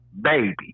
baby